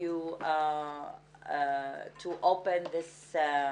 לבקש ממך לפתוח את הדיון.